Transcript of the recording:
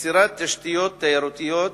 יצירת תשתיות תיירותיות,